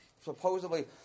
supposedly